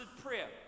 prayer